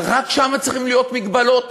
אבל רק שם צריכות להיות הגבלות?